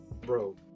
bro